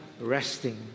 resting